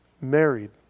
Married